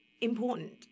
important